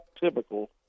typical